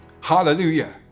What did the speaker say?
Hallelujah